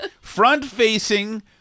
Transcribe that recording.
front-facing